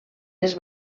les